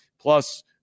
Plus